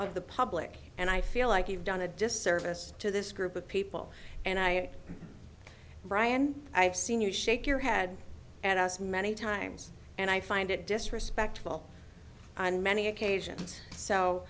of the public and i feel like you've done a disservice to this group of people and i brian i've seen you shake your head and as many times and i find it disrespectful on many occasions so